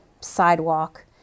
sidewalk